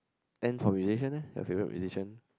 then for musician leh your favorite musician